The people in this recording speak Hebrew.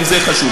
גם זה חשוב.